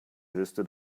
höchste